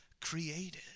created